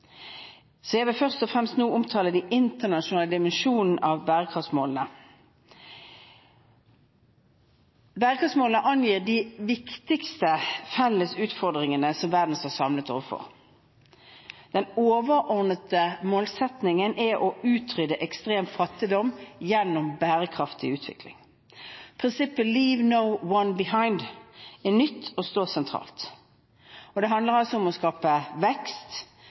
Jeg vil nå først og fremst omtale de internasjonale dimensjonene ved bærekraftsmålene. Bærekraftsmålene angir de viktigste felles utfordringene som verden står samlet overfor. Den overordnede målsettingen er å utrydde ekstrem fattigdom gjennom bærekraftig utvikling. Prinsippet «leave no one behind» er nytt og står sentralt. Det handler om å skape vekst,